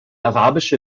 arabische